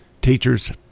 teachers